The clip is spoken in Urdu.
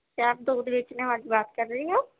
کیا آپ دودھ بیچنے والی بات کر رہی ہو